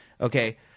okay